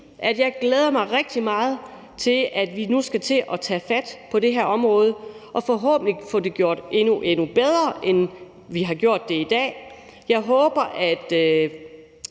jeg glæder mig rigtig meget til, at vi nu skal til at tage fat på det her område og forhåbentlig få gjort det endnu bedre, end vi gør i dag. Jeg håber, at